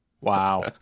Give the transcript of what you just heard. Wow